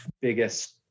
biggest